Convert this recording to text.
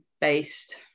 based